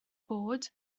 bod